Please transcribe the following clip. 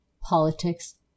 politics